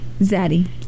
Zaddy